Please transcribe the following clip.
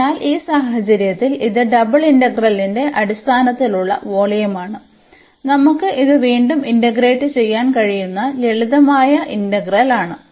അതിനാൽ ഈ സാഹചര്യത്തിൽ ഇത് ഡബിൾ ഇന്റഗ്രലിന്റെ അടിസ്ഥാനത്തിലുള്ള വോള്യമാണ് നമുക്ക് ഇത് വീണ്ടും ഇന്റഗ്രേറ്റ് ചെയ്യാൻ കഴിയുന്ന ലളിതമായ ഇന്റഗ്രലാണ്